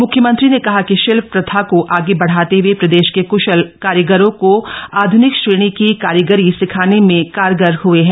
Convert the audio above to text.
म्ख्यमंत्री ने कहा कि शिल्प प्रथा को आगे बढ़ाते हए प्रदेश के क्शल करीगरों को आध्निक श्रेणी की कारीगरी सिखाने में कारगर हूए हैं